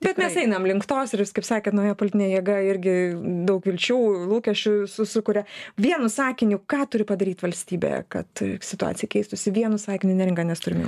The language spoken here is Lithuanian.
bet mes einam link tos ir jūs kaip sakėt nauja politinė jėga irgi daug vilčių lūkesčių su sukuria vienu sakiniu ką turi padaryt valstybė kad situacija keistųsi vienu sakiniu neringa nes turim jau